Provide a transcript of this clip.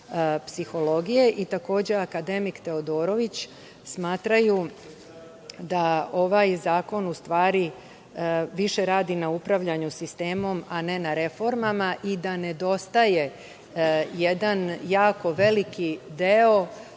psihologije i, takođe, akademik Teodorović smatraju da ovaj zakon u stvari više radi na upravljanju sistemom, a ne na reformama i da nedostaje jedan jako veliki deo